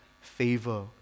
favor